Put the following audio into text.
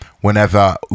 whenever